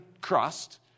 crust